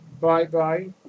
Bye-bye